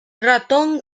ratón